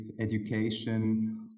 education